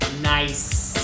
Nice